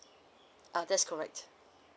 err that's correct